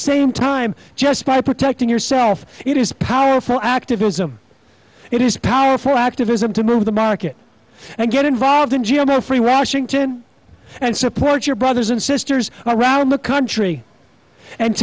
same time just by protecting yourself it is powerful activism it is powerful activism to move the market and get involved in g m o free washington and support your brothers and sisters around the country and